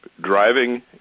driving